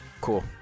Cool